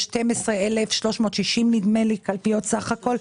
יש 12,630 קלפיות סך הכול.